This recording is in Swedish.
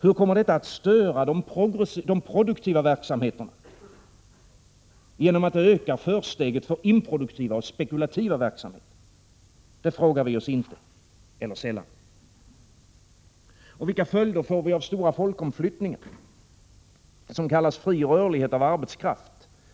Hur kommer detta att störa de produktiva verksamheterna genom att öka försteget för improduktiva och spekulativa verksamheter? Det frågar vi oss aldrig eller sällan. Och vilka följder får de stora folkomflyttningar som kallas fri rörlighet hos arbetskraften?